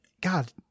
God